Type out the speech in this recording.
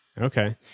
Okay